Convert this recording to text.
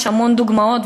יש המון דוגמאות,